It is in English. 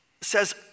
says